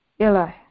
Eli